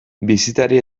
bisitari